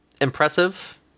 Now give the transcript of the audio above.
impressive